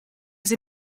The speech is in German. sie